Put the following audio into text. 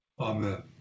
Amen